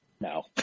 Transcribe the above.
No